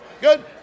Good